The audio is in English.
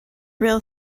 rail